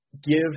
give